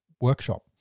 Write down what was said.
workshop